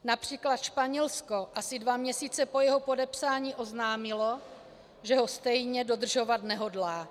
Například Španělsko asi dva měsíce po jeho podepsání oznámilo, že ho stejně dodržovat nehodlá.